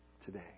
today